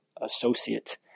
associate